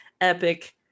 epic